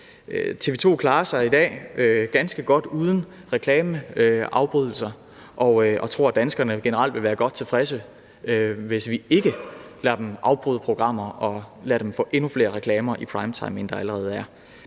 TV 2 klarer sig i dag ganske godt uden reklameafbrydelser, og jeg tror, at danskerne generelt vil være godt tilfredse, hvis vi ikke lader dem afbryde programmer og lader dem få endnu flere reklamer i primetime, end der allerede er.